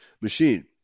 machine